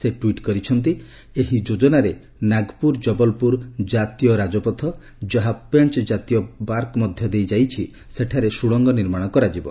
ସେ ଟୁଇଟ୍ କରିଛନ୍ତି ଯେ ଏହି ଯୋଜନାରେ ନାଗପୁର ଜବଲପୁର ଜାତୀୟ ରାଜପଥ ଯାହା ପେଞ୍ ଜାତୀୟ ପାର୍କ ମଧ୍ୟ ଦେଇଯାଇଛି ସେଠାରେ ସୁଡଙ୍ଗ ନିର୍ମାଣ କରାଯିବ